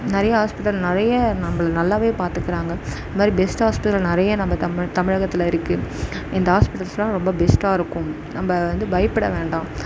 நிறையா ஹாஸ்பிடல் நிறைய நம்பளை நல்லாவே பார்த்துக்குறாங்க இந்தமாதிரி பெஸ்ட் ஹாஸ்பிடல்ல நிறைய நம்ம தமிழ் தமிழகத்தில் இருக்குது இந்த ஹாஸ்பிடல்ஸ்லாம் ரொம்ப பெஸ்ட்டாக இருக்கும் நம்ம வந்து பயப்பட வேண்டாம்